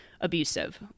abusive